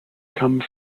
come